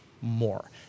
more